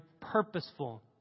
purposeful